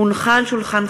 שמעון סולומון,